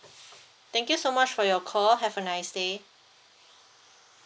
thank you so much for your call have a nice day